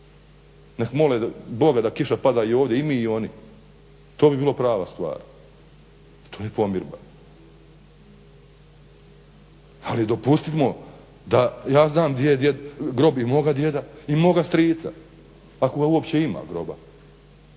Nek mole Boga da kiša pada ovdje i mi i oni, to bi bila prava stvar, to je pomirba. Ali dopustimo da, ja znam gdje je grob i moga djeda i moga strica ako uopće ima groba